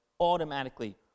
automatically